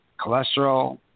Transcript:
cholesterol